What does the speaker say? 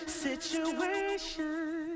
situation